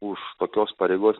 už tokios pareigos